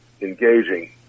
engaging